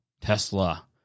Tesla